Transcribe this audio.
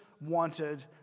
wanted